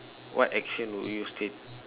what action would your stat~